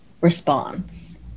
response